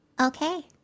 Okay